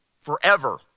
Forever